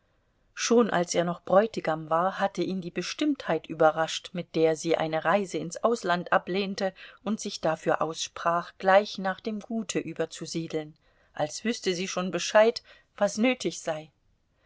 schon als er noch bräutigam war hatte ihn die bestimmtheit überrascht mit der sie eine reise ins ausland ablehnte und sich dafür aussprach gleich nach dem gute überzusiedeln als wüßte sie schon bescheid was nötig sei